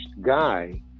guy